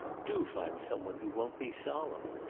do find some one who won't be solemn!